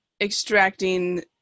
extracting